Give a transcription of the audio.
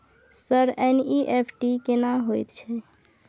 Sir NEFT केना होयत छै?